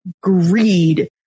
greed